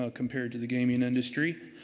ah compared to the gaming industry.